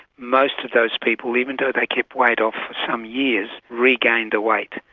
most of those people even though they kept weight off for some years regained the weight.